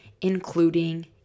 including